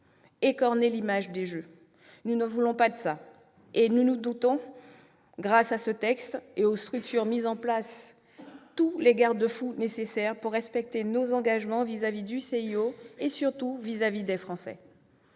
écorner l'image des Jeux. Nous ne voulons pas de cela et nous nous dotons, grâce à ce texte et aux structures mises en place, de tous les garde-fous nécessaires pour respecter nos engagements vis-à-vis du CIO et surtout vis-à-vis des Français.